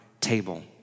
table